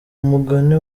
mugani